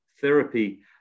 therapy